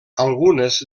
algunes